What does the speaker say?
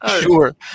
sure